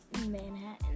Manhattan